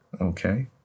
Okay